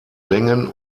längen